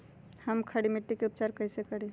हम खड़ी मिट्टी के उपचार कईसे करी?